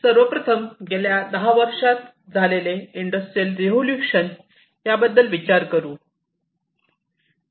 सर्वप्रथम गेल्या दहा वर्षात झालेले इंडस्ट्रियल रिव्होल्यूशन याबद्दल विचार करू